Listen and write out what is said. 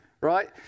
right